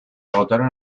agotaron